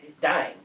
dying